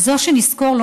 זו שנזכור,